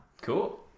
Cool